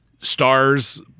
stars